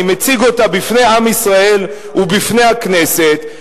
אני מציג אותה בפני עם ישראל ובפני הכנסת.